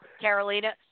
Carolina